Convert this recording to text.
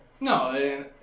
No